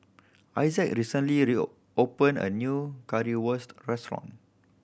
Isaak recently opened a new Currywurst restaurant